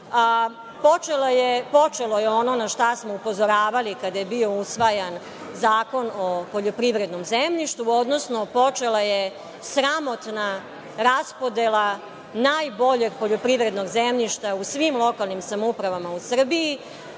počelo je ono na šta smo upozoravali kada je bio usvajan Zakon o poljoprivrednom zemljištu, odnosno počela je sramotna raspodela najboljeg poljoprivrednog zemljišta u svim lokalnim samoupravama u Srbiji